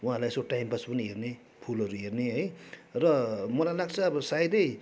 उहाँहरूलाई यसो टाइमपास पनि हेर्ने फुलहरू हेर्ने है र मलाई लाग्छ अब सायदै